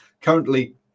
Currently